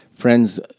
friends